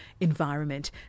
environment